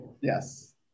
yes